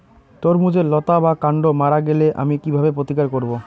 তরমুজের লতা বা কান্ড মারা গেলে আমি কীভাবে প্রতিকার করব?